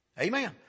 Amen